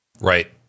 Right